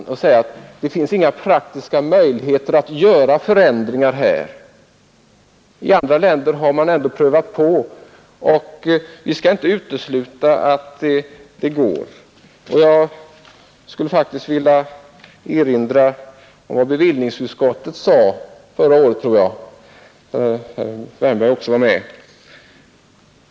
Vi skall inte säga att det inte finns några praktiska möjligheter att vidta förändringar på det här området. I andra länder har man prövat att göra detta, och vi skall inte utesluta att det kan lyckas. Jag vill erinra om ett uttalande som bevillningsutskottet gjorde förra året, och som herr Wärnberg också var med om.